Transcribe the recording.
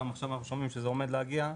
גם עכשיו אנחנו שומעים שזה עומד להגיע,